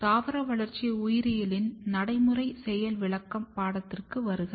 தாவர வளர்ச்சி உயிரியலின் நடைமுறை செயல் விளக்கம் பாடத்திற்கு வருக